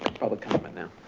public comment now.